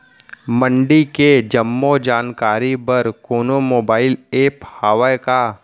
मंडी के जम्मो जानकारी बर कोनो मोबाइल ऐप्प हवय का?